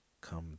come